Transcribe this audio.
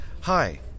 Hi